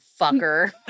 fucker